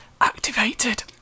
activated